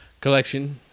collection